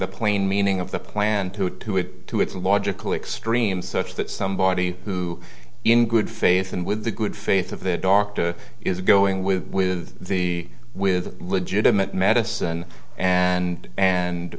the plain meaning of the plan to add to it to its logical extreme such that somebody who in good faith and with the good faith of the doctor is going with with the with legitimate medicine and